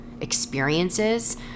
experiences